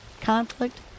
conflict